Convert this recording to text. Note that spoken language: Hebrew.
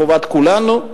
חובת כולנו.